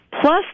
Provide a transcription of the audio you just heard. Plus